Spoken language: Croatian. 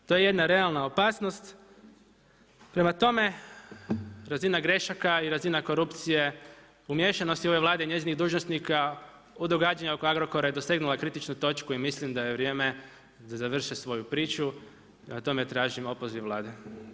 To je jedna realna opasnost, prema tome, razina grešaka i razina korupcije umiješanosti ove Vlade i njezinih dužnosnika u događanjima oko Agrokora je dosegnula kritičnu točku i mislim da je vrijeme da završe svoju priču, prema tome, tražimo opoziv Vlade.